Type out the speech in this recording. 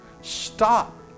Stop